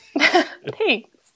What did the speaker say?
Thanks